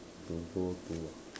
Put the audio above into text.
to go to ah